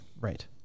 Right